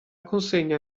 consegna